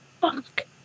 Fuck